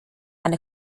and